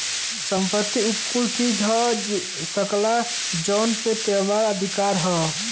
संपत्ति उ कुल चीज हो सकला जौन पे तोहार अधिकार हौ